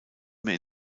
mehr